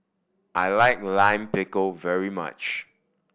I like Lime Pickle very much